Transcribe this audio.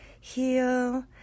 heal